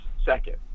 second